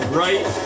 right